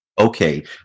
Okay